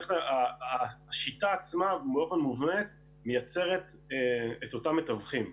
השיטה עצמה באופן מובנה מייצרת את אותם מתווכים,